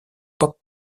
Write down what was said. pop